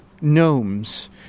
gnomes